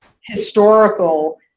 historical